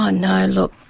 ah no, look,